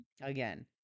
again